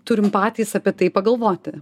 turim patys apie tai pagalvoti